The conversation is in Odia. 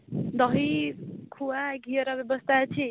ଦହି ଖୁଆ ଘିଅର ବ୍ୟବସ୍ଥା ଅଛି